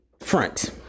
front